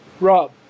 Rob